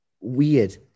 Weird